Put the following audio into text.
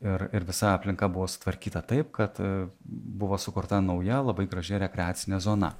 ir ir visa aplinka buvo sutvarkyta taip kad buvo sukurta nauja labai graži rekreacinė zona